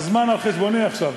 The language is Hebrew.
הזמן על חשבוני עכשיו.